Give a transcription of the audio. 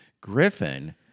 Griffin